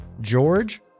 George